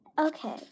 Okay